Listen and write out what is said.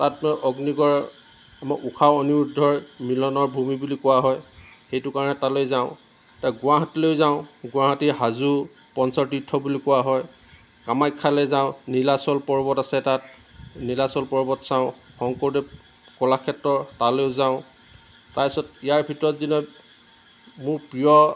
তাত মই অগ্নিগড়ৰ ঊষা অনিৰুদ্ধৰ মিলনৰ ভূমি বুলি কোৱা হয় সেইটো কাৰণে তালৈ যাওঁ এতিয়া গুৱাহাটীলৈ যাওঁ গুৱাহাটী হাজো পঞ্চতীৰ্থ বুলি কোৱা হয় কামাখ্য়ালৈ যাওঁ নীলাচল পৰ্বত আছে তাত নীলাচল পৰ্বত চাওঁ শংকৰদেৱ কলাক্ষেত্ৰ তালৈ যাওঁ তাৰ পিছত ইয়াৰ ভিতৰত যিবিলাক মোৰ প্ৰিয়